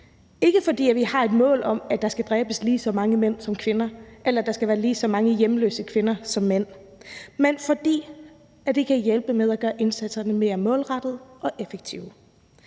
ikke fordi vi har et mål om, at der skal dræbes lige så mange mænd som kvinder, eller at der skal være lige så mange hjemløse kvinder som mænd, men fordi det kan hjælpe med at gøre indsatserne mere målrettede og effektive.